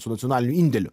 su nacionaliniu indėliu